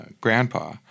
grandpa